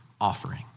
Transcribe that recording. offering